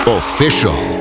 official